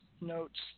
notes